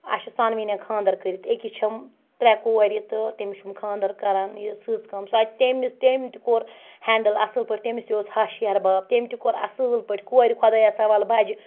اسہِ چھُ ژوٚن وٕنیَن خانٛدَر کٔرِتھ أکِس چھِم ترٛے کوٚرِ تہٕ تمِس چھُم خاندار کَران یہِ سٕژ کٲم سۄ تہِ تٔمِس تٔمِس تِم تہِ کوٚر ہینٛڈٕل اَصٕل پٲٹھۍ تٔمِس تہِ اوس ہَش ہِحٮ۪ر بب تم تہِ کوٚر اَصٕل پٲٹھۍ کوٚرِ خۄدایَس حَوال بَجہِ